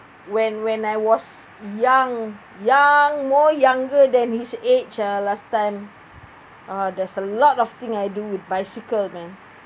when when I was young young more younger than his age ah last time uh there's a lot of thing I do with bicycle man